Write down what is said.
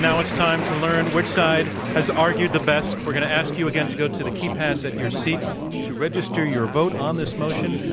it's time to learn which side has argued the best. we're going to ask you again to go to the keypads at your seat to register your vote on this motion